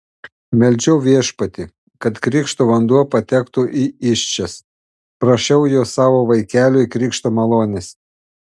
meldžiau viešpatį kad krikšto vanduo patektų į įsčias prašiau jo savo vaikeliui krikšto malonės